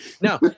No